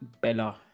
bella